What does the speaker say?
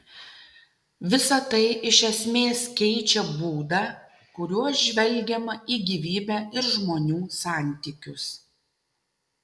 visa tai iš esmės keičia būdą kuriuo žvelgiama į gyvybę ir žmonių santykius